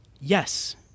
Yes